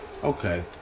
Okay